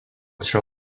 šio